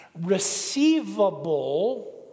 receivable